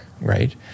right